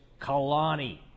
Kalani